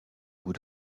bout